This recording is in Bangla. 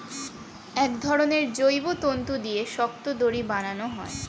এক ধরনের জৈব তন্তু দিয়ে শক্ত দড়ি বানানো হয়